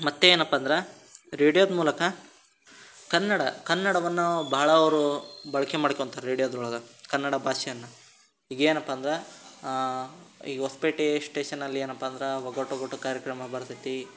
ಮತ್ತೇನಪ್ಪಾ ಅಂದ್ರೆ ರೇಡಿಯೋದ ಮೂಲಕ ಕನ್ನಡ ಕನ್ನಡವನ್ನೂ ಬಹಳ ಅವರು ಬಳಕೆ ಮಾಡಿಕೋತಾರೆ ರೇಡಿಯೋದ್ರೊಳಗೆ ಕನ್ನಡ ಭಾಷೆಯನ್ನು ಈಗ ಏನಪ್ಪ ಅಂದ್ರೆ ಈಗ ಹೊಸ್ಪೇಟೇ ಸ್ಟೇಷನ್ನಲ್ಲಿ ಏನಪ್ಪ ಅಂದ್ರೆ ಒಗಟು ಒಗಟು ಕಾರ್ಯಕ್ರಮ ಬರ್ತದೆ